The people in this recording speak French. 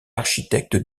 architecte